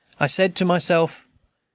i said to myself,